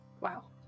Wow